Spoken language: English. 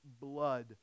blood